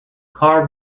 car